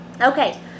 Okay